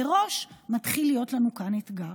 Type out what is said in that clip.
מראש מתחיל להיות לנו כאן אתגר.